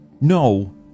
no